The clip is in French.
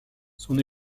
son